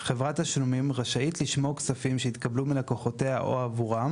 חברת תשלומים רשאית לשמור כספים שהתקבלו מלקוחותיה או עבורם,